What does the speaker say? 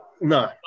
no